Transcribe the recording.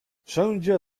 wszędzie